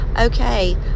okay